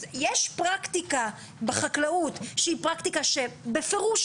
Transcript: אז יש פרקטיקה בחקלאות שהיא פרקטיקה שבפירוש